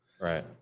Right